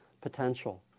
potential